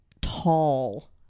tall